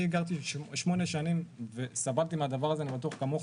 גרתי שמונה שנים וסבלתי מהדבר הזה כמוך,